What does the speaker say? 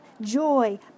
joy